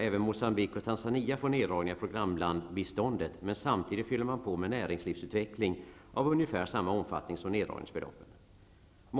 Även Moçambique och Tanzania får neddragningar i programlandsbiståndet, men samtidigt fyller man på med näringslivsutveckling av ungefär samma omfattning som neddragningsbeloppen har.